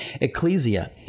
Ecclesia